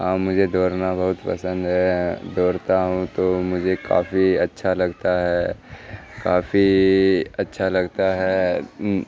ہاں مجھے دوڑنا بہت پسند ہے دوڑتا ہوں تو مجھے کافی اچھا لگتا ہے کافی اچھا لگتا ہے